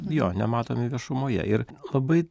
jo nematomi viešumoje ir labai